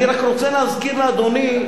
אני רק רוצה להזכיר לאדוני,